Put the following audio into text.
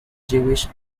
jewish